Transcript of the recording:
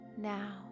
now